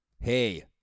Hey